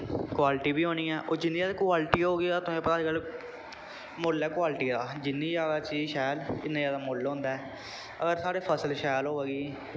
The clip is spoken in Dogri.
क्वालटी बी होनी ऐ होर जिन्नी ज्यादा क्वालटी होगी तुसें पता अज्जकल मुल्ल ऐ क्वालटी दा जिन्नी ज्यादा चीज शैल इ'न्ना जादा मुल्ल होंदा ऐ अगर साढ़े फसल शैल होएगी